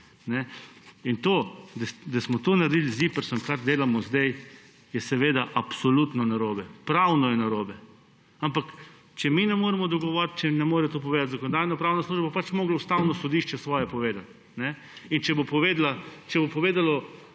Da smo to naredili z ZIPRS, kar delamo zdaj, je absolutno narobe. Pravno je narobe. Ampak če se mi ne moremo dogovoriti, če ne more to povedati Zakonodajno-pravna služba, bo pač moralo Ustavno sodišče svoje povedati. Če bo povedalo